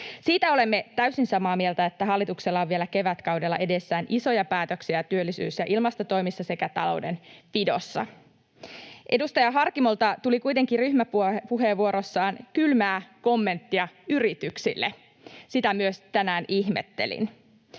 Siitä olemme täysin samaa mieltä, että hallituksella on vielä kevätkaudella edessään isoja päätöksiä työllisyys- ja ilmastotoimissa sekä taloudenpidossa. Edustaja Harkimolta tuli kuitenkin ryhmäpuheenvuorossaan kylmää kommenttia yrityksille. Sitä myös tänään ihmettelin.